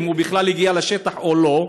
אם הוא בכלל הגיע לשטח או לא,